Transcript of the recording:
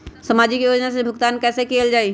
सामाजिक योजना से भुगतान कैसे कयल जाई?